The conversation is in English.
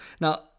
Now